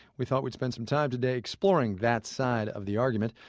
we thought we'd spend some time today exploring that side of the argument.